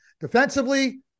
Defensively